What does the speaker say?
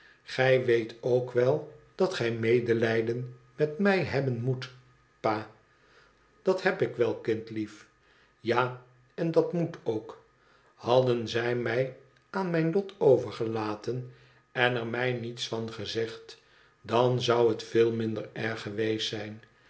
gij weet ook wel dat gij medelijden met mij hebben moet pa dat heb ik wel kindlief ja en dat moet ook hadden zij mij aan mijn lot overgelaten en er mij niets van gezegd dan zou het veel minder erg geweest zijn